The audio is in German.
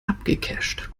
abgecasht